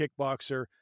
kickboxer